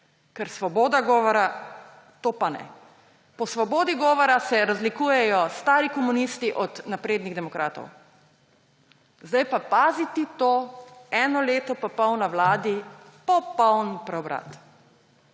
ker svoboda govora, to pa ne. Po svobodi govora se razlikujejo stari komunisti od naprednih demokratov. Zdaj pa, pazi ti to, eno leto in pol na Vladi, popoln preobrat.